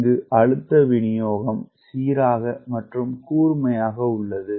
இங்கு அழுத்தம் விநியோகம் சீராக மற்றும் கூர்மையாக உள்ளது